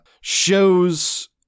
shows